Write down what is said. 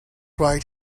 right